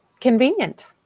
convenient